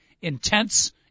intense